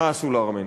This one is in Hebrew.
מה עשו לארמנים.